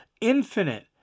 infinite